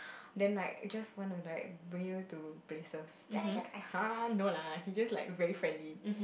then like just want to like bring you to places then I just like !huh! no lah he just like very friendly